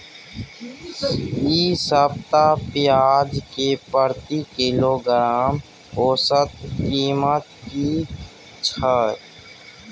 इ सप्ताह पियाज के प्रति किलोग्राम औसत कीमत की हय?